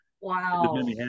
Wow